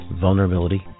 vulnerability